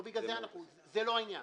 זה לא העניין.